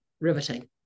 riveting